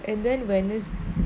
and then when is